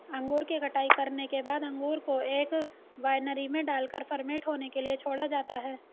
अंगूर की कटाई करने के बाद अंगूर को एक वायनरी में डालकर फर्मेंट होने के लिए छोड़ा जाता है